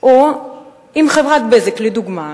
או אם חברת "בזק", לדוגמה,